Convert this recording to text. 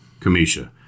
Kamisha